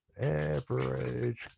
Average